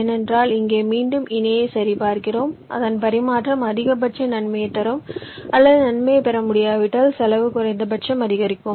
ஏனென்றால் இங்கே மீண்டும் இணையைச் சரி பார்க்கிறோம் அதன் பரிமாற்றம் அதிகபட்ச நன்மையைத் தரும் அல்லது நன்மையைப் பெற முடியாவிட்டால் செலவு குறைந்தபட்சம் அதிகரிக்கும்